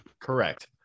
correct